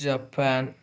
Japan